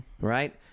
Right